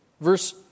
Verse